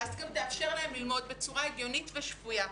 ואז גם תאפשר להם ללמוד בצורה הגיונית ושפויה.